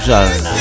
Zone